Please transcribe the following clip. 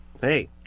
Hey